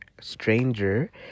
stranger